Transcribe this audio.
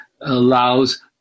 allows